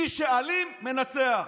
מי שאלים מנצח.